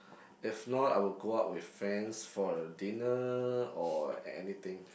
if not I would go out with friends for dinner or an~ anything